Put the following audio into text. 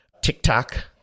TikTok